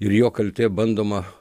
ir jo kaltė bandoma